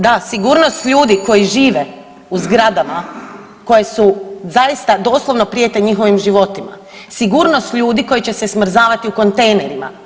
Da, sigurnost ljudi koji žive u zgradama koje su zaista doista prijete njihovim životima, sigurnost ljudi koji će se smrzavati u kontejnerima.